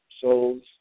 souls